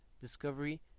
discovery